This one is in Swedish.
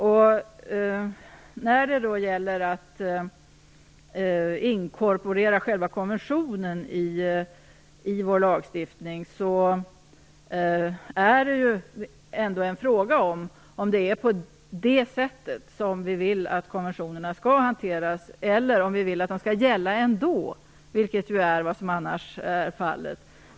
Inkorporerandet av själva konventionen i vår lagstiftning är en fråga om huruvida det är så vi vill att konventionerna skall hanteras eller om vi vill att de skall gälla ändå, vilket annars är fallet.